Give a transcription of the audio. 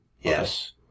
Yes